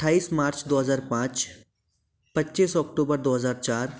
अट्ठाइस मार्च दो हज़ार पाँच